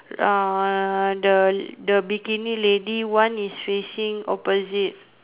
the the bikini lady one is facing opposite